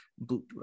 Blue